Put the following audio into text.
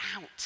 out